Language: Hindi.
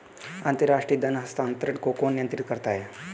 अंतर्राष्ट्रीय धन हस्तांतरण को कौन नियंत्रित करता है?